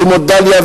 כמו דאליה,